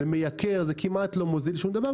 זה מייקר, כמעט לא מוזיל שום דבר.